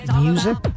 Music